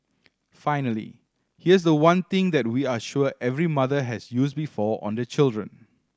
finally here's the one thing that we are sure every mother has used before on their children